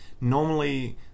normally